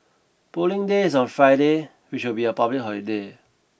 Polling Day is on Friday which will be a public holiday